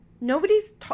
Nobody's